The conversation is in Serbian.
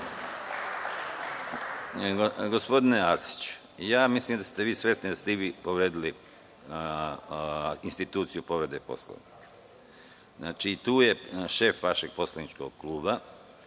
Gospodine Arsiću, ja mislim da ste i vi svesni da ste i vi povredili instituciju povrede Poslovnika. Tu je šef vašeg poslaničkog kluba,